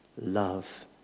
love